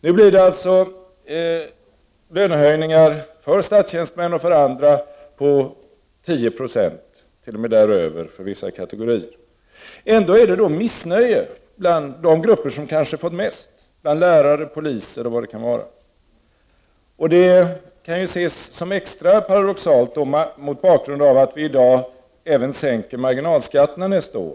Nu blir det alltså lönehöjningar för statstjänstemän och för andra på 10 20, t.o.m. däröver för vissa kategorier. Ändå är det missnöje bland de grupper som kanske får mest — lärare, poliser och vad det kan vara. Det kan ses som extra paradoxalt mot bakgrund av att vi i dag även sänker marginalskatterna nästa år.